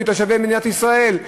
מתושבי מדינת ישראל,